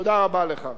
תודה רבה לך.